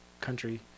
country